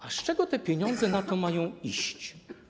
A z czego pieniądze na to mają iść?